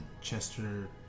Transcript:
Chester